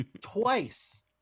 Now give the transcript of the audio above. Twice